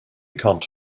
can’t